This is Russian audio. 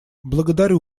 благодарю